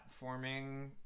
platforming